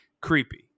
creepy